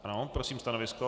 Ano, prosím stanovisko.